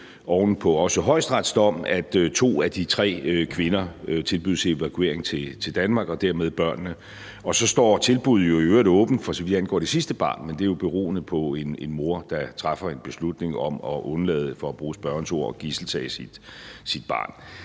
på Højesterets dom, at to af de tre kvinder og dermed børnene tilbydes evakuering til Danmark. Og så står tilbuddet i øvrigt åbent, for så vidt angår det sidste barn, men det er jo beroende på en mor, der træffer en beslutning om at undlade, for at bruge spørgerens ord, at gidseltage sit barn.